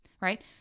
right